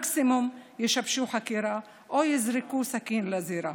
מקסימום ישבשו חקירה או יזרקו סכין לזירה.